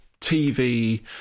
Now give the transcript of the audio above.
TV